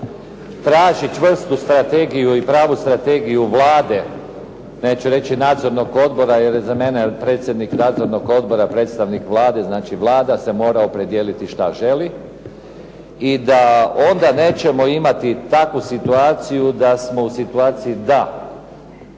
Traži čvrstu strategiju i pravu strategiju Vlade, neću reći Nadzornog odbora jer je za mene predsjednik Nadzornog odbora predstavnik Vlade, znači Vlada se mora opredijeliti što želi i da onda nećemo imati takvu situaciju da smo u situaciji da